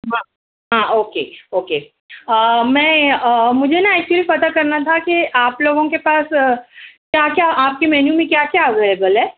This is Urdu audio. ہاں اوکے اوکے میں مجھے نا ایکچولی پتہ کرنا تھا کہ آپ لوگوں کے پاس کیا کیا آپ کے مینو میں کیا کیا اویلیبل ہے